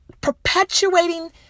perpetuating